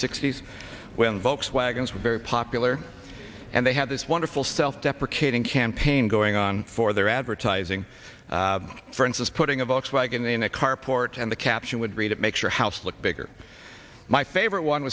sixty s when volkswagens were very popular and they had this wonderful self deprecating campaign going on for their advertising for instance putting a volkswagen in a carport and the caption would read it makes your house look bigger my favorite one